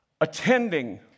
attending